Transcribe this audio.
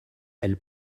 elle